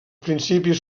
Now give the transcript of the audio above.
principis